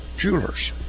Jewelers